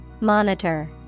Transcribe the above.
Monitor